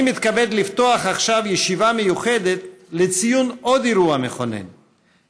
אני מתכבד לפתוח עכשיו ישיבה מיוחדת לציון אירוע מכונן נוסף,